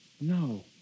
No